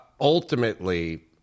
ultimately